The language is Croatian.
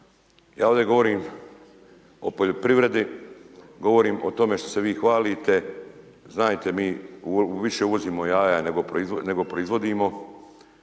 Ja ovdje govorim o poljoprivredi, govorim o tome što se vi hvalite. Znajte mi više uvozimo jaja nego proizvodimo.